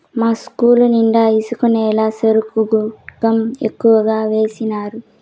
మా ఇస్కూలు నిండా ఇసుక నేలని సరుగుకం ఎక్కువగా వేసినారు